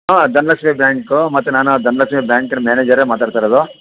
ಹಾಂ ಧನಲಕ್ಷ್ಮಿ ಬ್ಯಾಂಕು ಮತ್ತೆ ನಾನು ಧನಲಕ್ಷ್ಮಿ ಬ್ಯಾಂಕಿನ ಮ್ಯಾನೇಜರೇ ಮಾತಾಡ್ತಾ ಇರೋದು